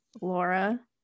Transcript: Laura